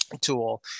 tool